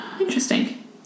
interesting